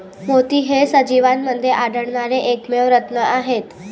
मोती हे सजीवांमध्ये आढळणारे एकमेव रत्न आहेत